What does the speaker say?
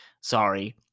Sorry